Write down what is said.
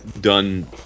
done